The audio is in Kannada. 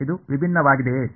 ಇದು ವಿಭಿನ್ನವಾಗಿದೆಯೇ